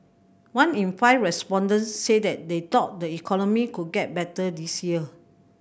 one in five respondents said that they thought the economy could get better this year